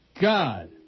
God